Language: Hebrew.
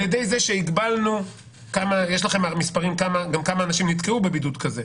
יש לכם מספרים על כמה אנשים נתקעו בבידוד כזה.